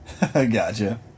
Gotcha